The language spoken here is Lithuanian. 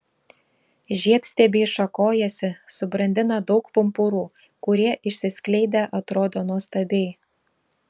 žiedstiebiai šakojasi subrandina daug pumpurų kurie išsiskleidę atrodo nuostabiai